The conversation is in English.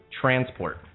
transport